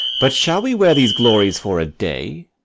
but shall we wear these glories for a day?